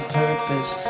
purpose